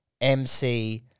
MC